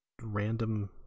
Random